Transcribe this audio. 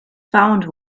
found